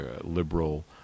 liberal